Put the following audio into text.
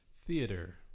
Theater